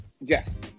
Yes